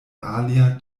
alia